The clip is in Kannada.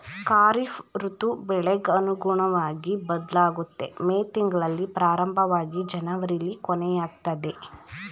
ಖಾರಿಫ್ ಋತು ಬೆಳೆಗ್ ಅನುಗುಣ್ವಗಿ ಬದ್ಲಾಗುತ್ತೆ ಮೇ ತಿಂಗ್ಳಲ್ಲಿ ಪ್ರಾರಂಭವಾಗಿ ಜನವರಿಲಿ ಕೊನೆಯಾಗ್ತದೆ